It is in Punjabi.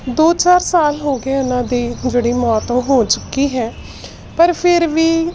ਦੋ ਚਾਰ ਸਾਲ ਹੋ ਗਏ ਉਹਨਾਂ ਦੀ ਜਿਹੜੀ ਮੌਤ ਹੋ ਚੁੱਕੀ ਹੈ ਪਰ ਫਿਰ ਵੀ